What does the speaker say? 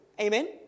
Amen